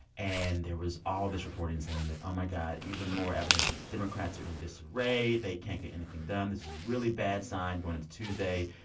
and there was all this reporting saying that oh, my god. even more evidence that democrats are in disarray. they can't get anything done. this is a really bad sign going into tuesday.